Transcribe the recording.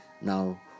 now